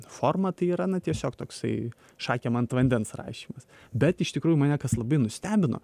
formą tai yra na tiesiog toksai šakėm ant vandens rašymas bet iš tikrųjų mane kas labai nustebino